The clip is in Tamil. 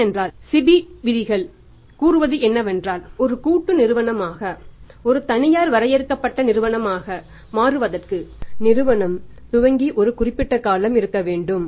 ஏனென்றால் SEBI விதிகள் கூறுவது என்னவென்றால் ஒரு கூட்டு நிறுவனமாக ஒரு தனியார் வரையறுக்கப்பட்ட நிறுவனமாக மாற்றுவதற்கு நிறுவனம் துவங்கி ஒரு குறிப்பிட்ட காலம் இருக்க வேண்டும்